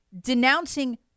denouncing